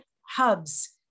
hubs